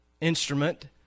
instrument